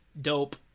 dope